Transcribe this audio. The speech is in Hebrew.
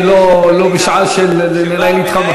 אני לא בשעה של לנהל אתך,